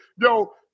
Yo